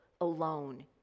alone